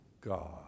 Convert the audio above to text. God